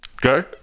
go